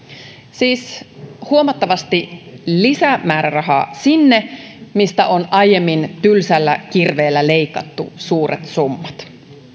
siis huomattavasti lisämäärärahaa sinne mistä on aiemmin tylsällä kirveellä leikattu suuret summat